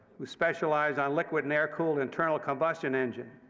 who specialized on liquid and air-cooled internal combustion engine.